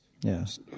yes